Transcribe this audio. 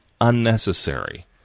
unnecessary